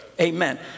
Amen